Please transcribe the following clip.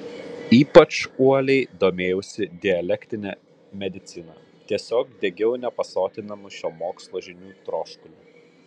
ypač uoliai domėjausi dialektine medicina tiesiog degiau nepasotinamu šio mokslo žinių troškuliu